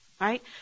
Right